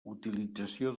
utilització